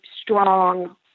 strong